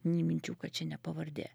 nei minčių kad čia ne pavardė